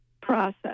process